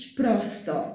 prosto